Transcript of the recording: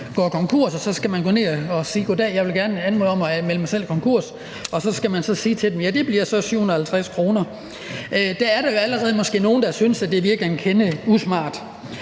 man så skal gå ned at sige: Goddag, jeg vil gerne anmode om at begære mig selv konkurs. Og så skal man sige til den konkursramte: Jamen det bliver så 750 kr. Der er måske allerede nogle, der synes, at det virker en kende usmart.